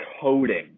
coding